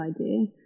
idea